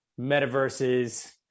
metaverses